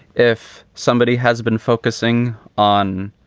if somebody has been focusing on.